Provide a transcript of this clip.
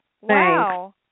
Wow